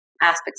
aspects